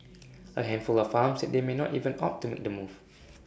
A handful of farms said they may not even opt to make the move